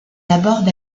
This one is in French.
aborde